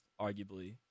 arguably